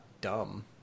dumb